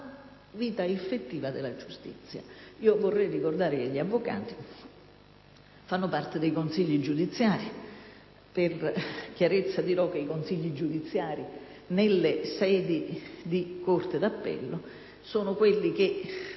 vita effettiva della giustizia. Vorrei ricordare che gli avvocati fanno parte dei Consigli giudiziari. Per chiarezza dirò che i Consigli giudiziari nelle sedi di corte d'appello, composti da